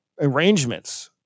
arrangements